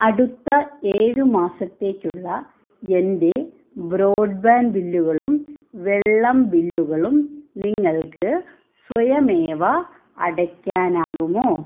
അടുത്ത ഏഴ് മാസത്തേക്കുള്ള എൻ്റെ ബ്രോഡ്ബാൻഡ് ബില്ലുകളും വെള്ളം ബില്ലുകളും നിങ്ങൾക്ക് സ്വയമേവ അടയ്ക്കാനാകുമോ